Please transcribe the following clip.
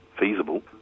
feasible